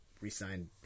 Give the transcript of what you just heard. re-signed